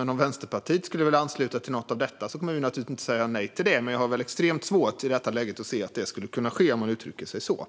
Men om Vänsterpartiet skulle vilja ansluta sig till något av detta kommer vi naturligtvis inte att säga nej till det. Jag har dock i detta läge extremt svårt att se att det skulle kunna ske, om jag uttrycker mig så.